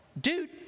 dude